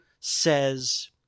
says